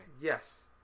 Yes